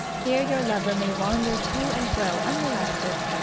here your lover may wander to and fro unmolested,